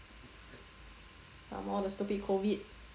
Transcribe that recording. some more the stupid COVID